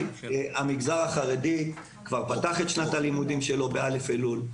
המגזר החרדי כבר פתח את שנת הלימודים שלו ב-א' אלול.